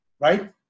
right